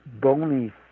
bony